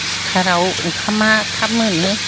कुकाराव ओंखामा थाब मोनो